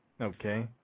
Okay